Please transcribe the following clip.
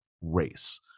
race